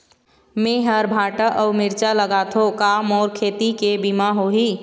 मेहर भांटा अऊ मिरचा लगाथो का मोर खेती के बीमा होही?